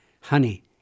honey